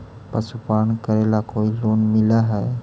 पशुपालन करेला कोई लोन मिल हइ?